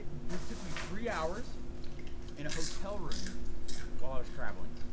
this took me three hours in a hotel room while i was traveling.